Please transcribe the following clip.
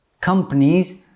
companies